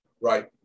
right